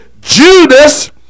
Judas